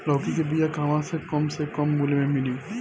लौकी के बिया कहवा से कम से कम मूल्य मे मिली?